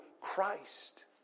Christ